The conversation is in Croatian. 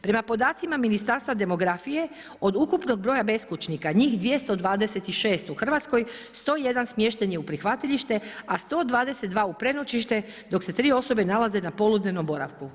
Prema podacima Ministarstva demografije, od ukupnih broja beskućnika, njih 226 u Hrvatskoj, 101 smješten je u prihvatilište a 122 u prenoćište dok se 3 osobe nalaze na poludnevnom boravku.